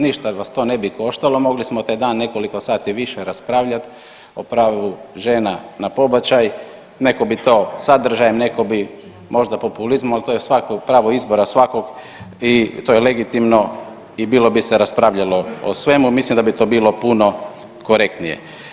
Ništa vas to ne bi koštalo mogli smo taj dan nekoliko sati više raspravljat o pravu žena na pobačaj, neko bi to sadržajem, neko bi možda populizmom, ali to je svako pravo izbora svakog i to je legitimno i bilo bi se raspravljalo o svemu, mislim da bi to bilo puno korektnije.